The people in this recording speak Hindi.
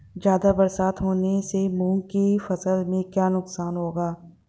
ज़्यादा बरसात होने से मूंग की फसल में क्या नुकसान होगा?